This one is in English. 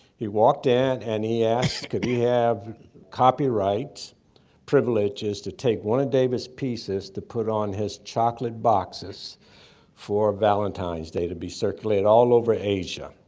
he walked in and he asked could he have copyright privileges to take one of david's pieces to put on his chocolate boxes for valentine's day to be circulated all over asia.